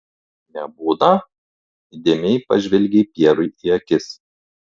nebūna įdėmiai pažvelgei pjerui į akis